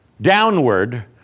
downward